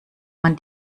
man